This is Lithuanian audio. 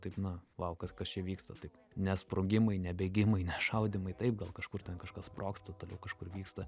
taip na lauk kas kas čia vyksta taip ne sprogimai ne bėgimai ne šaudymai taip gal kažkur ten kažkas sprogsta toliau kažkur vyksta